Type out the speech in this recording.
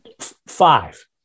five